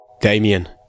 damien